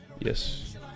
Yes